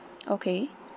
okay